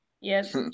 Yes